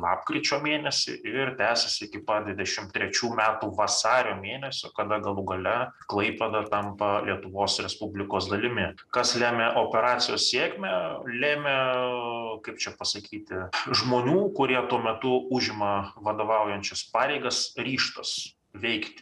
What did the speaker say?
lapkričio mėnesį ir tęsiasi iki pat dvidešim trečių metų vasario mėnesio kada galų gale klaipėda tampa lietuvos respublikos dalimi kas lemia operacijos sėkmę lėmė kaip čia pasakyti žmonų kurie tuo metu užima vadovaujančias pareigas ryžtas veikti